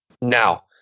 Now